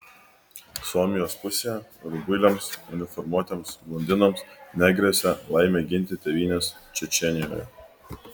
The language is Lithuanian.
suomijos pusėje rubuiliams uniformuotiems blondinams negrėsė laimė ginti tėvynės čečėnijoje